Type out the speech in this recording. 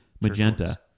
Magenta